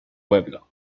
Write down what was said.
pueblo